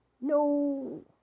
No